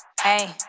Hey